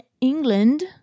England